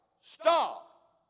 stop